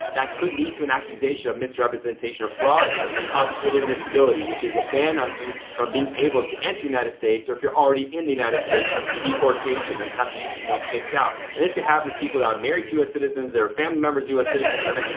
that could lead to an accusation of misrepresentation or fraud and cause inadmissibility which is a ban on you from being able to enter the united states or if you're already in the united states, deportation and have you you know kicked out. and this could happen to people that are married to u s. citizens, their family member's u s. citizens even.